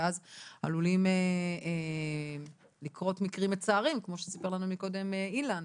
ואז עלולים לקרות מקרים מצערים כמו שסיפר לנו קודם אילן,